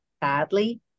badly